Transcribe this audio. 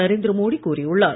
நரேந்திர மோடி கூறியுள்ளார்